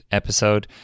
episode